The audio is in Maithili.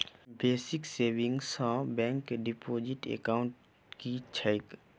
Basic savings bank deposit account की छैक?